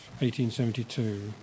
1872